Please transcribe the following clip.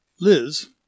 Liz